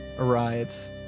arrives